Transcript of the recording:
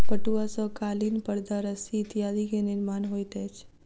पटुआ सॅ कालीन परदा रस्सी इत्यादि के निर्माण होइत अछि